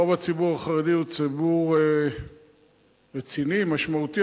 רוב הציבור החרדי הוא ציבור רציני ומשמעותי,